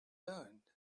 learned